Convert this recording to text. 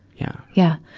yeah. yeah.